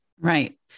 Right